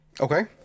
Okay